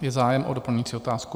Je zájem o doplňující otázku.